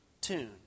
tune